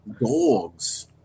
Dogs